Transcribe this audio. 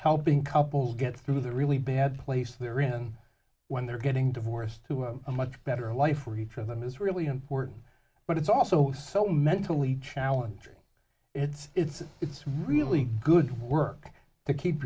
helping couples get through the really bad place they're in when they're getting divorced to have a much better life for each of them is really important but it's also so mentally challenging it's it's it's really good work to keep